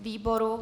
Výboru?